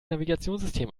navigationssystem